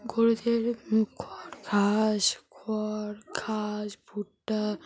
গরুদের খড় ঘাস খড় ঘাস ভুট্টা